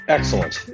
Excellent